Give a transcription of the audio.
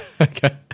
okay